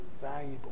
valuable